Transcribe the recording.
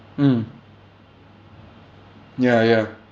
mm ya ya